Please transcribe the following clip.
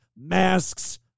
masks